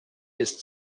ist